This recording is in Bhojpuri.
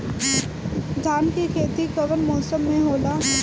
धान के खेती कवन मौसम में होला?